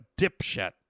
dipshit